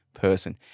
person